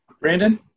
Brandon